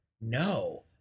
No